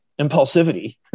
impulsivity